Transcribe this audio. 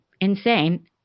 insane